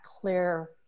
clear